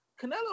Canelo